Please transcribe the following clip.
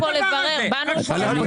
אני רק